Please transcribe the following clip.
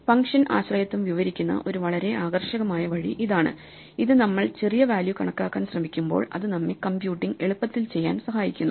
function ആശ്രയത്വം വിവരിക്കുന്ന ഒരു വളരെ ആകർഷകമായ വഴി ഇതാണ് ഇത് നമ്മൾ ചെറിയ വാല്യൂ കണക്കാക്കാൻ ശ്രമിക്കുമ്പോൾ അത് നമ്മെ കമ്പ്യൂട്ടിങ് എളുപ്പത്തിൽ ചെയ്യാൻ സഹായിക്കുന്നു